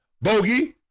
Bogey